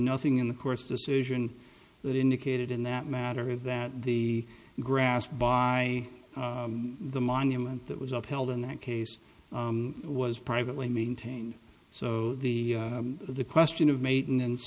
nothing in the course decision that indicated in that matter that the grass by the monument that was up held in that case was privately maintained so the the question of maintenance